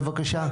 שמך בבקשה?